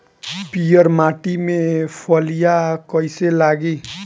पीयर माटी में फलियां कइसे लागी?